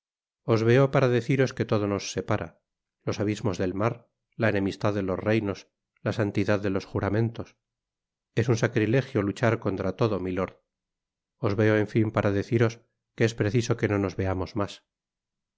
veo para deciros que todo nos separa los abismos del mar la enemistad de los reinos la santidad de los juramentos es un sacrilegio luchar contra todo milord os veo en fin para deciros que es preciso que no nos veamos mas